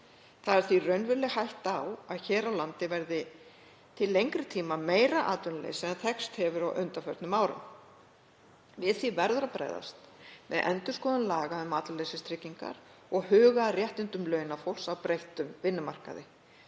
Það er því raunveruleg hætta á að hér á landi verði til lengri tíma meira atvinnuleysi en þekkst hefur á undanförnum árum. Við því verður að bregðast með endurskoðun laga um atvinnuleysistryggingar og með því að huga að réttindum launafólks á breyttum vinnumarkaði.